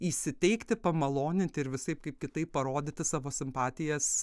įsiteikti pamaloninti ir visaip kaip kitaip parodyti savo simpatijas